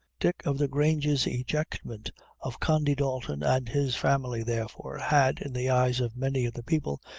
dick-o'-the-grange's ejectment of condy dalton and his family, therefore, had, in the eyes of many of the people,